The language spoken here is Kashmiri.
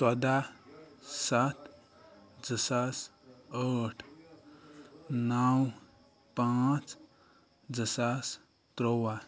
ژۄداہ سَتھ زٕ ساس ٲٹھ نَو پانٛژھ زٕ ساس تُرٛواہ